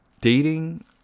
dating